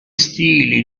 stili